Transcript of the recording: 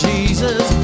Jesus